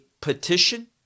petition